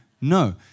No